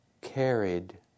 carried